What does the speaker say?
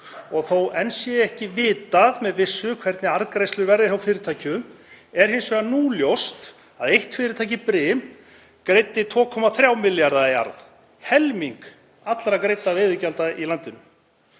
og þó að enn sé ekki vitað með vissu hvernig arðgreiðslur verða hjá fyrirtækjum er hins vegar ljóst að eitt fyrirtæki, Brim, greiddi 2,3 milljarða í arð, helming allra greidda veiðigjalda í landinu.